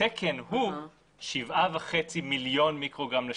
התקן הוא 7.5 מיליון מיקרוגרם לשעה.